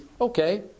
okay